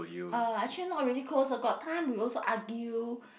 uh actually not really close with her got time we also argue